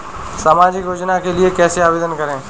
सामाजिक योजना के लिए कैसे आवेदन करें?